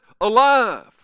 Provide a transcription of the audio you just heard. alive